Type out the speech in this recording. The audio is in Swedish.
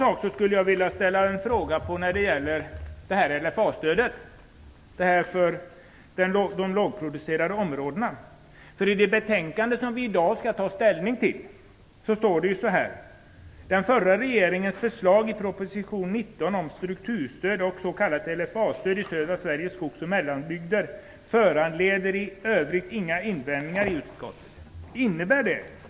Jag skulle också vilja fråga om LFA-stödet för de lågproducerande områdena. I det betänkande vi i dag skall ta ställning till står det: Den förra regeringens förslag i proposition 19 om strukturstöd och s.k. LFA stöd i södra Sveriges skogs och mellanbygder föranleder i övrigt inga invändningar i utskottet.